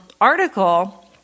article